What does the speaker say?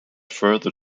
further